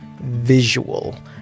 visual